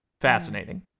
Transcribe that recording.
Fascinating